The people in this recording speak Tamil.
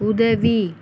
உதவி